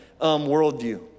worldview